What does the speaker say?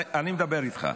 אני מדבר איתך.